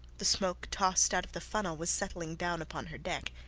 the smoke tossed out of the funnel was settling down upon her deck.